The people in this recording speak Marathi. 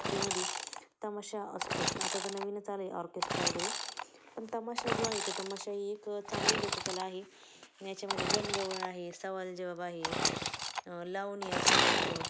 यात्रेमध्ये तमाशा असतोच आता तर नवीनच आलं आहे ऑर्केस्ट्रा वगैरे पण तमाशा जो आहे तर तमाशा ही एक चांगली लोककला आहे आणि याच्यामध्ये गण गवळण आहे सवाल जवाब आहे लावणी असंल तिथं